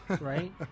right